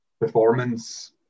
performance